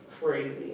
Crazy